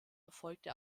erfolgte